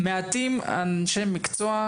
מעטים אנשי המקצוע,